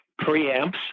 preamps